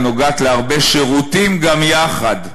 / הנוגעה להרבה שירותים גם יחד.